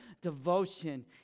devotion